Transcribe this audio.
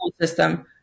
system